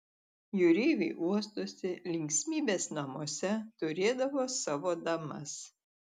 jūreiviai uostuose linksmybės namuose turėdavo savo damas